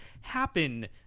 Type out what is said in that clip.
happen